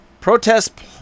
Protests